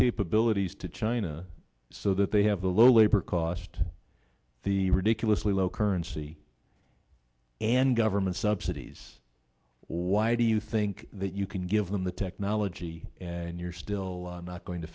capabilities to china so that they have a low labor cost the ridiculously low currency and government subsidies why do you think that you can give them the technology and you're still not going to